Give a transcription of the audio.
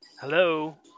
hello